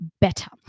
better